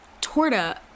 Torta